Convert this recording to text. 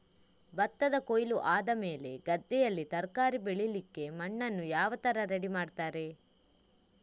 ಭತ್ತದ ಕೊಯ್ಲು ಆದಮೇಲೆ ಗದ್ದೆಯಲ್ಲಿ ತರಕಾರಿ ಬೆಳಿಲಿಕ್ಕೆ ಮಣ್ಣನ್ನು ಯಾವ ತರ ರೆಡಿ ಮಾಡ್ತಾರೆ?